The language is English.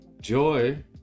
joy